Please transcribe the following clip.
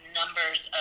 numbers